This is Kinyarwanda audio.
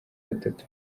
batatu